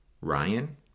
Ryan